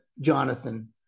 Jonathan